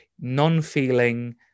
non-feeling